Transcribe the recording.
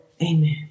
Amen